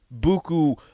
buku